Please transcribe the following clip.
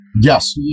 Yes